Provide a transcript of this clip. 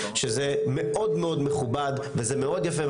שזה מאוד מכובד וזה מאוד יפה.